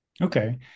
Okay